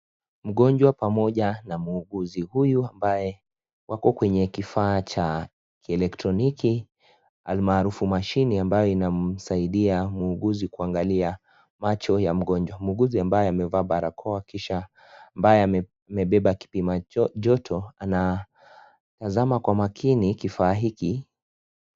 Mgonjwa pamoja na muuguzi huyu ambaye wako kwenye kifaa cha kielektroniki almaarufu mashini ambayo inamsaidia muuguzi kuangalia macho ya mgonjwa, muuguzi ambaye amevaa barakoa kisha ambaye amebeba kipima joto anatazama kwa makini kifaa hiki.